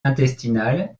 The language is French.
intestinal